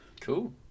Cool